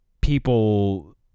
people